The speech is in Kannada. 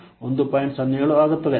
07 ಆಗುತ್ತದೆ